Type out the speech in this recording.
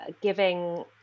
giving